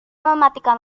mematikan